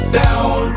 down